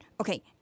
Okay